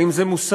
האם זה מוסרי,